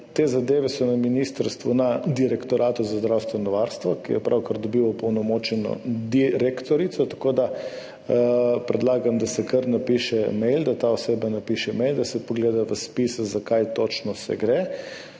Te zadeve so na ministrstvu na Direktoratu za zdravstveno varstvo, ki je pravkar dobil opolnomočeno direktorico, tako da predlagam, da se kar napiše mail, da ta oseba napiše mail, da se pogleda v spise, za kaj točno gre.